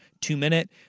two-minute